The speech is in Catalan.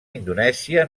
indonèsia